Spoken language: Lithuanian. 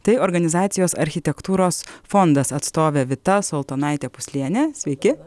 tai organizacijos architektūros fondas atstovė vita soltonaitė puslienė sveiki